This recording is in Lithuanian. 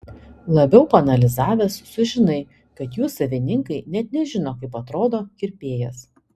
labiau paanalizavęs sužinai kad jų savininkai net nežino kaip atrodo kirpėjas